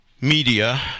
media